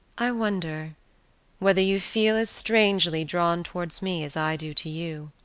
i wonder whether you feel as strangely drawn towards me as i do to you